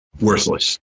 worthless